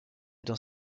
dans